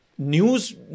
News